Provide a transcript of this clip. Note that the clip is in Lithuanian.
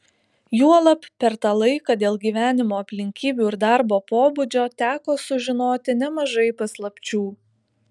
juolab per tą laiką dėl gyvenimo aplinkybių ir darbo pobūdžio teko sužinoti nemažai paslapčių